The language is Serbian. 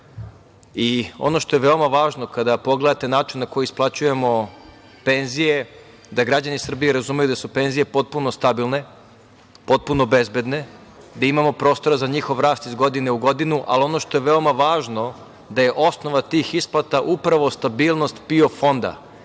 i ono što je veoma važno kada pogledate način na koji isplaćujemo penzije, da građani Srbije razumeju da su penzije potpuno stabilne, potpuno bezbedne, da imamo prostora za njihov rast iz godine u godinu, ali ono što je veoma važno, da je osnova tih isplata upravo stabilnost PIO fonda.